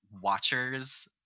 watchers